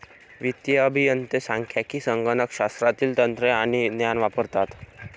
वित्तीय अभियंते सांख्यिकी, संगणक शास्त्रातील तंत्रे आणि ज्ञान वापरतात